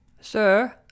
Sir